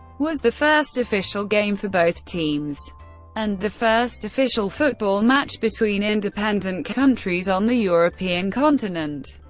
was the first official game for both teams and the first official football match between independent countries on the european continent.